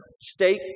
state